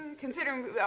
Considering